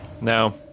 No